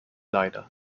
leider